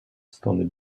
stony